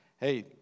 Hey